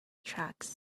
tracks